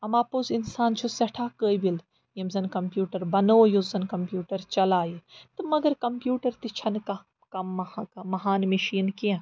اَما پوٚز اِنسان چھُ سٮ۪ٹھاہ قٲبل ییٚمۍ زَن کَمپیٛوٗٹَر بَنوو یُس زَن کَمپیٛوٗٹَر چَلایہِ تہٕ مگر کَمپیٛوٗٹَر تہِ چھَنہٕ کانٛہہ کم مَہان مِشیٖن کینٛہہ